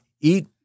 eat